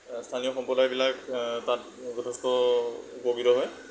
স্থানীয় সম্প্ৰদায়বিলাক তাত যথেষ্ট উপকৃত হয়